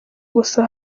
gusa